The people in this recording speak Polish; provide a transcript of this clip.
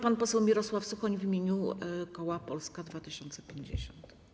Pan poseł Mirosław Suchoń w imieniu koła Polska 2050.